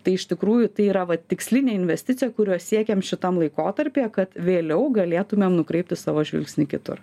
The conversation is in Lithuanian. tai iš tikrųjų tai yra va tikslinė investicija kurios siekiam šitam laikotarpyje kad vėliau galėtumėm nukreipti savo žvilgsnį kitur